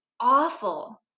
awful